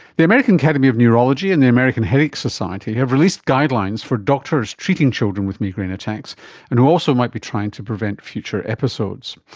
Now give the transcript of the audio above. the american academy of neurology and the american headache society have released guidelines for doctors treating children with migraine attacks and who also might be trying to prevent future episodes.